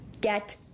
Get